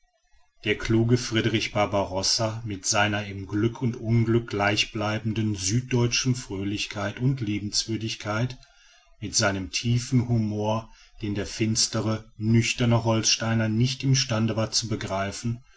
der kluge friedrich barbarossa mit seiner im glück und unglück gleichbleibenden süddeutschen fröhlichkeit und liebenswürdigkeit mit seinem tiefen humor den der finstere nüchterne holsteiner nicht imstande war zu begreifen